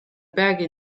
peagi